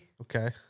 Okay